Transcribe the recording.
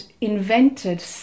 invented